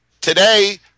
today